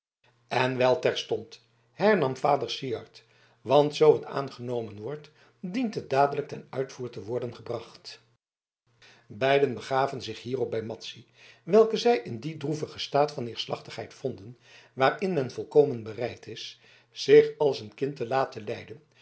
en wel terstond hernam vader syard want zoo het aangenomen wordt dient het dadelijk ten uitvoer te worden gebracht beiden begaven zich hierop bij madzy welke zij in dien droevigen staat van neerslachtigheid vonden waarin men volkomen bereid is zich als een kind te laten leiden